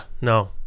no